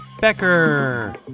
Becker